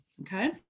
Okay